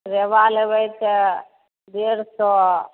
रेबा लेबै तऽ डेढ़ सए